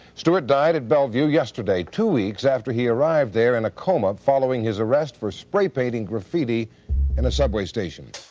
stewart died at bellevue yesterday, two weeks after he arrived there in a coma following his arrest for spray painting graffiti in a subway station.